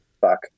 Fuck